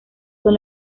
son